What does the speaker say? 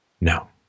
No